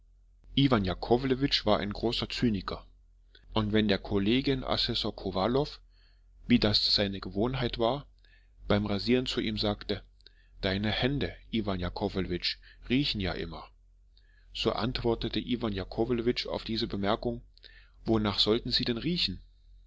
iwan jakowlewitsch war ein großer zyniker und wenn der kollegien assessor kowalow wie das seine gewohnheit war beim rasieren zu ihm sagte deine hände iwan jakowlewitsch riechen ja immer so antwortete iwan jakowlewitsch auf diese bemerkung wonach sollten sie denn riechen